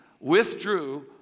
withdrew